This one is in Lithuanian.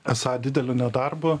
esą dideliu nedarbu